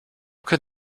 could